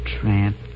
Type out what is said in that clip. tramp